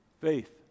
faith